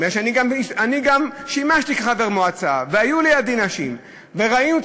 מפני שאני גם שימשתי כחבר מועצה והיו לידי נשים וראינו את